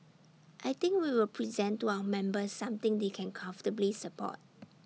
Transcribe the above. I think we will present to our members something they can comfortably support